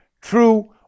true